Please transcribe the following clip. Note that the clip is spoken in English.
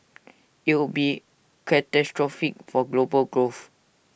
IT would be catastrophic for global growth